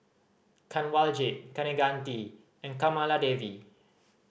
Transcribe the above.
Kanwaljit Kaneganti and Kamaladevi